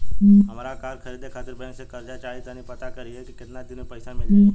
हामरा कार खरीदे खातिर बैंक से कर्जा चाही तनी पाता करिहे की केतना दिन में पईसा मिल जाइ